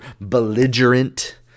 belligerent